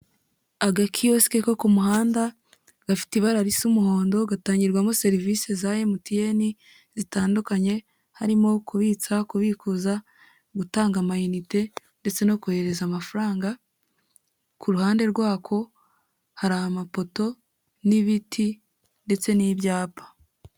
Agakiyosike ko ku muhanda gafite ibara risa umuhondo, gatangirwamo serivisi za MTN zitandukanye harimo kubitsa, kubikuza, gutanga amayinite ndetse no kohereza amafaranga, ku ruhande rwako hari amapoto n'ibiti ndetse n'ibyapa.